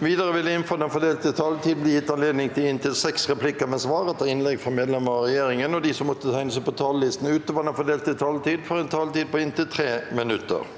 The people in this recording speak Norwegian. Videre vil det – innenfor den fordelte taletid – bli gitt anledning til inntil seks replikker med svar etter innlegg fra medlemmer av regjeringen, og de som måtte tegne seg på talerlisten utover den fordelte taletid, får også en taletid på inntil 3 minutter.